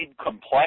complex